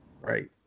right